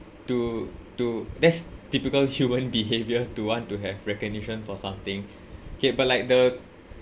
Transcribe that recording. to to that's typical human behaviour to want to have recognition for something okay but like the